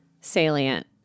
salient